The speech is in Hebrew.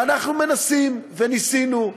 ואנחנו מנסים וניסינו,